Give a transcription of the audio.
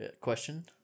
Question